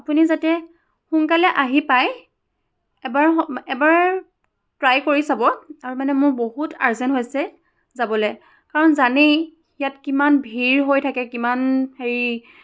আপুনি যাতে সোনকালে আহি পায় এবাৰ এবাৰ ট্ৰাই কৰি চাব আৰু মানে মোৰ বহুত আৰ্জেণ্ট হৈছে যাবলৈ কাৰণ জানেই ইয়াত কিমান ভিৰ হৈ থাকে কিমান হেৰি